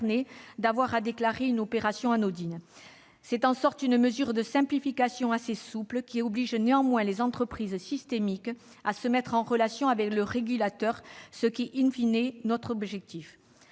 devoir déclarer une opération anodine. C'est une mesure de simplification assez souple, qui oblige néanmoins les entreprises systémiques à se mettre en relation avec le régulateur, ce qui est,, notre objectif.